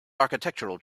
architectural